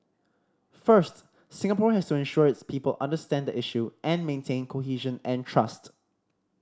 first Singapore has to ensure its people understand the issue and maintain cohesion and trust